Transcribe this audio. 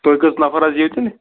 تُہۍ کٔژ نَفَر حظ یِیِو تیٚلہِ